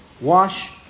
Wash